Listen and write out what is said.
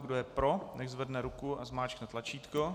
Kdo je pro, nechť zvedne ruku a zmáčkne tlačítko.